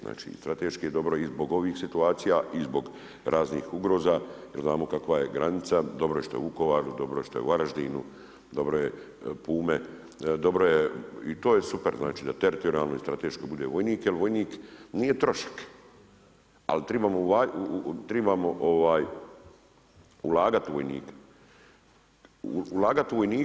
Znači i strateški je dobro i zbog ovih situacija i zbog raznih ugroza jer znamo kakva je granica, dobro je što je u Vukovaru, dobro je što je u Varaždinu, dobro je Pume, i to je super, znači da teritorijalno i strateški bude vojnik jer vojnik nije trošak, ali trebamo ulagati u vojnike.